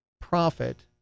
profit